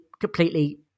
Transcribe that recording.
completely